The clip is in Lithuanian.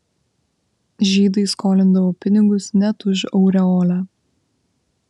žydai skolindavo pinigus net už aureolę